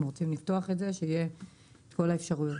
אנחנו רוצים לפתוח את זה שיהיה את כל האפשרויות.